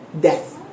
death